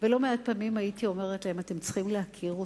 ולא מעט פעמים הייתי אומרת להם: אתם צריכים להכיר אותו,